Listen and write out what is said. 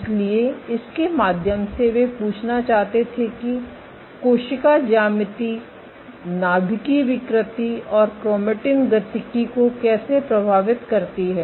इसलिए इसके माध्यम से वे पूछना चाहते थे कि कोशिका ज्यामिति नाभिकीय विकृति और क्रोमेटिन गतिकी को कैसे प्रभावित करती है